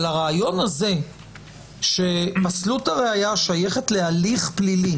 אבל הרעיון הזה שפסלות הראיה שייכת להליך פלילי